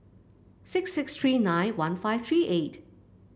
six six three nine one five three eight